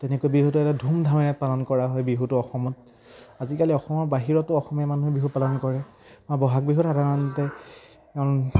তেনেকৈ বিহুটো এটা ধুমধামেৰে পালন কৰা হয় বিহুটো অসমত আজিকালি অসমৰ বাহিৰতো অসমীয়া মানুহে বিহু পালন কৰে আমাৰ বহাগ বিহুত সাধাৰণতে